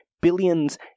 billions